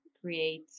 create